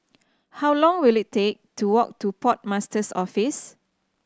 how long will it take to walk to Port Master's Office